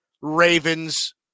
Ravens